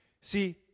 See